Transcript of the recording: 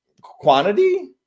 quantity